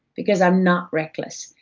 because i'm not reckless.